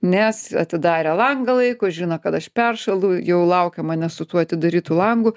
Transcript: nes atidarę langą laiko žino kad aš peršalu jau laukia manęs su tuo atidarytu langų